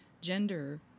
gender